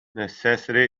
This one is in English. necessity